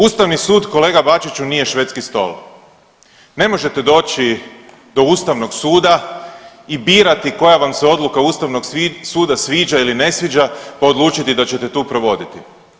Ustavni sud g. Bačiću nije švedski stol, ne možete doći do ustavnog suda i birati koja vam se odluka ustavnog suda sviđa ili ne sviđa, pa odlučiti da ćete tu provoditi.